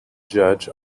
judge